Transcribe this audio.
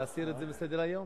להסיר את זה מסדר-היום?